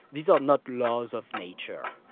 these are not laws of nature.